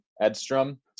Edstrom